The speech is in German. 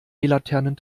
laternen